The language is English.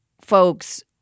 folks